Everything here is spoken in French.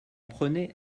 prenais